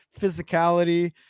physicality